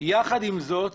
יחד עם זאת,